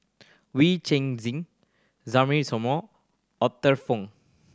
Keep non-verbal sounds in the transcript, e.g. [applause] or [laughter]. Wee Cheng Zin [unintelligible] Arthur Fong